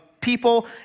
people